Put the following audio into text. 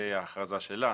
ההכרזה שלה.